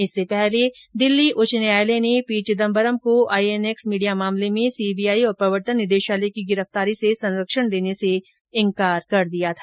इससे पहले दिल्ली उच्च न्यायालय ने पी चिदंबरम को आईएनएक्स मीडिया मामले में सीबीआई और प्रवर्तन निदेशालय की गिरफ्तारी से संरक्षण देने से इंकार कर दिया था